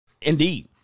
indeed